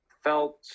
felt